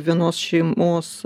vienos šeimos